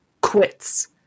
Quits